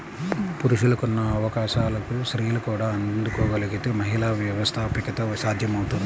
పురుషులకున్న అవకాశాలకు స్త్రీలు కూడా అందుకోగలగితే మహిళా వ్యవస్థాపకత సాధ్యమవుతుంది